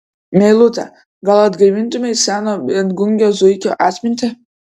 meilute gal atgaivintumei seno viengungio zuikio atmintį